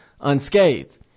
unscathed